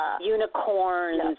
unicorns